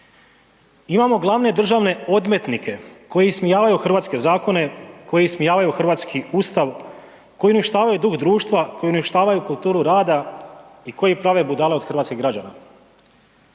Imamo glavne državne odmetnike koji ismijavaju hrvatske zakone, koji ismijavaju hrvatski Ustav, koji uništavaju duh društva, koji uništavaju kulturu rada i koji prave budale od hrvatskih građana.